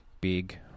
big